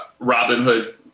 Robinhood